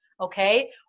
okay